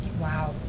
Wow